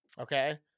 Okay